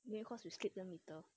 maybe cause we sleep damn little